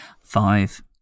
Five